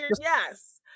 yes